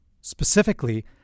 Specifically